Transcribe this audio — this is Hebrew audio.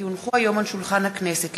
כי הונחו היום על שולחן הכנסת,